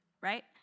right